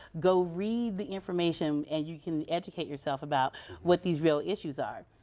go read the information and you can educate yourself about what these real issues are.